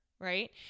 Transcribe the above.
right